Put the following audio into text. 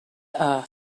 earth